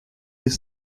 des